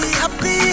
happy